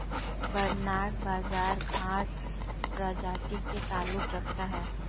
barnyard बाजरा घांस प्रजाति से ताल्लुक रखता है